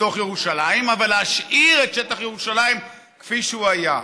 מתוך ירושלים אבל להשאיר את שטח ירושלים כפי שהוא היה.